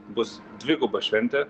bus dviguba šventė